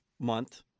month